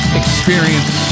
experience